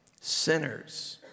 Sinners